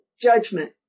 judgment